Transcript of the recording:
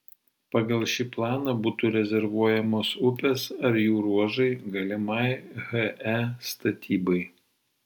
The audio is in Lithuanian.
pagal šį planą būtų rezervuojamos upės ar jų ruožai galimai he statybai